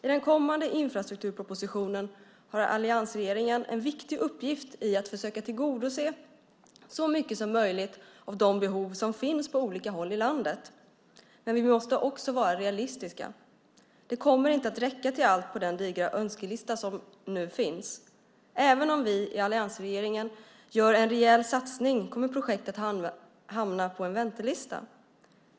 I den kommande infrastrukturpropositionen har alliansregeringen en viktig uppgift i att försöka tillgodose så mycket som möjligt av de behov som finns på olika håll i landet. Men vi måste också vara realistiska. Pengarna kommer inte att räcka till allt på den digra önskelista som nu finns. Även om vi i alliansregeringen gör en rejäl satsning kommer projekt att hamna på en väntelista.